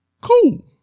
Cool